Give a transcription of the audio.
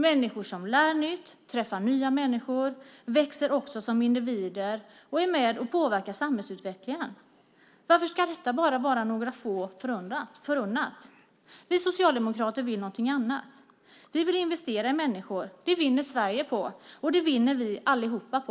Människor som lär nytt och träffar nya människor växer också som individer och är med och påverkar samhällsutvecklingen. Varför ska detta vara bara några få förunnat? Vi socialdemokrater vill någonting annat. Vi vill investera i människor, det vinner Sverige på, och det vinner vi allihop på.